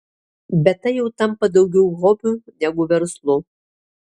bet tai jau tampa daugiau hobiu negu verslu